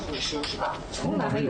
אני אשמח לשמוע.